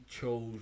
chose